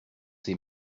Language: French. ses